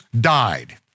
died